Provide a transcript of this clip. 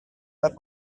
pas